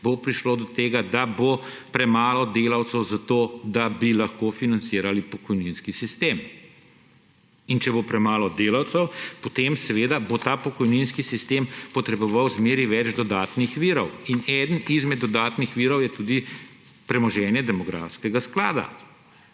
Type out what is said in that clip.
bo prišlo do tega, da bo premalo delavcev za to, da bi lahko financirali pokojninski sistem. In če bo premalo delavcev, potem seveda bo ta pokojninski sistem potreboval zmeraj več dodatnih virov in eden izmed dodatnih virov je tudi premoženje demografskega sklada.